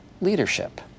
leadership